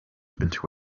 into